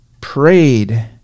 prayed